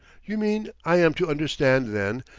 you mean i am to understand, then,